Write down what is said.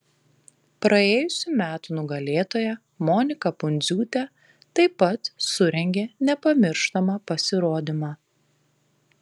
praėjusių metų nugalėtoja monika pundziūtė taip pat surengė nepamirštamą pasirodymą